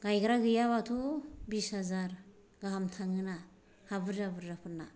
गायग्रा गैयाबाथ' बिस हाजार गाहाम थाङोना हा बुरजा बुरजाफोरना